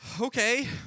Okay